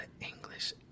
English